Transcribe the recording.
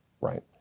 right